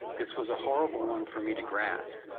this was a horrible one for me to grasp,